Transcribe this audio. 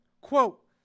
quote